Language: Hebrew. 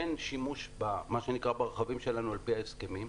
אין שימוש ברכבים שלנו על פי ההסכמים,